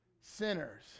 sinners